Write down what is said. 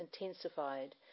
intensified